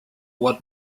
what